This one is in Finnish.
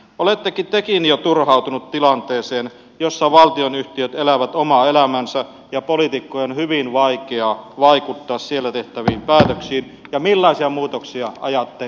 oletteko tekin jo turhautunut tilanteeseen jossa valtionyhtiöt elävät omaa elämäänsä ja poliitikkojen on hyvin vaikea vaikuttaa siellä tehtäviin päätöksiin ja millaisia muutoksia ajatte omistajapolitiikkaan